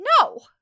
No